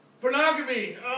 pornography